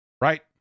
Right